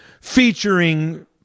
featuring